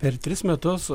per tris metus